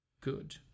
Good